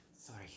Sorry